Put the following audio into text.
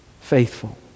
faithful